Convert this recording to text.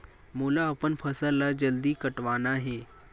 मोला अपन फसल ला जल्दी कटवाना हे?